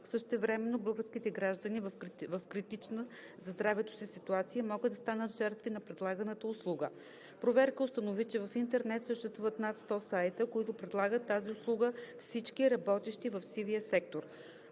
Същевременно българските граждани в критична за здравето си ситуация могат да станат жертва на предлаганата услуга. Проверка установи, че в интернет съществуват над 100 сайта, които предлагат тази услуга, всички са работещи в сивия сектор.